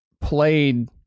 played